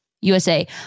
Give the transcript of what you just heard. USA